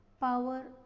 power